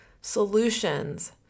solutions